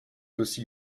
aussi